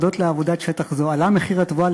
הודות לעבודת שטח זו עלה מחיר התבואה